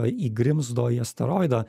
įgrimzdo į asteroidą